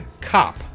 cop